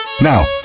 Now